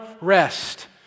rest